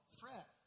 fret